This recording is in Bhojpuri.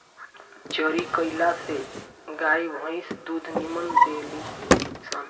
चरी कईला से गाई भंईस दूध निमन देली सन